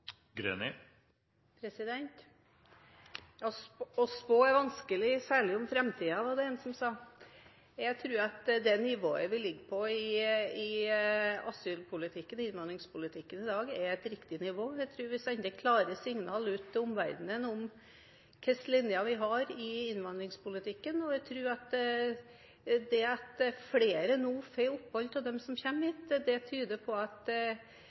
opphald i Noreg? Å spå er vanskelig, særlig om framtiden, var det en som sa. Jeg tror at det nivået vi ligger på i asyl- og innvandringspolitikken i dag, er et riktig nivå. Jeg tror vi sender klare signal ut til omverdenen om hva slags linje vi har i innvandringspolitikken, og jeg tror at det at flere nå får opphold av dem som kommer hit, tyder på at